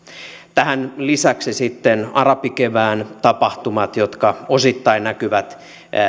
tähän lisäksi sitten arabikevään tapahtumat jotka osittain näkyvät